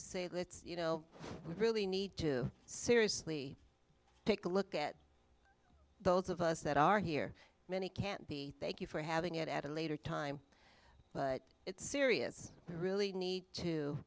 to say let's you know we really need to seriously take a look at those of us that are here many can't be thank you for having it at a later time but it's serious really need to